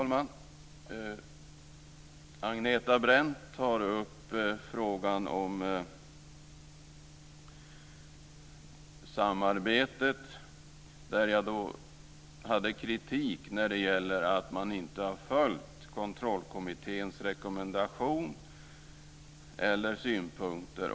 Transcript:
Fru talman! Agneta Brendt tar upp frågan om samarbetet. Jag hade kritik mot att man inte har tagit till sig kontrollkommitténs rekommendation eller synpunkter.